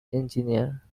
engineer